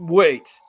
wait